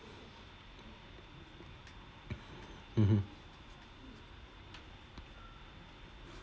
mmhmm